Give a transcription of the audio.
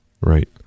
right